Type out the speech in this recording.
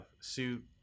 suit